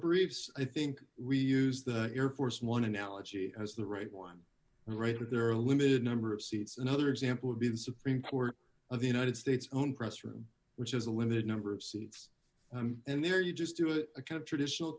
briefs i think we use the air force one analogy has the right one right there a limited number of seats another example would be the supreme court of the united states own press room which is a limited number of seats and there you just do it a kind of traditional